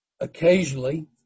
Occasionally